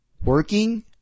Working